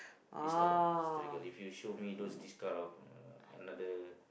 histo~ historical if you show me those this kind of uh another